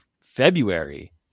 February